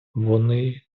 вони